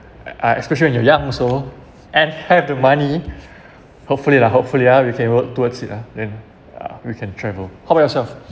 ah especially when you're young so and have the money hopefully lah hopefully ah we can work towards it lah and uh we can travel how about yourself